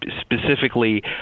specifically